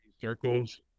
circles